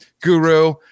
guru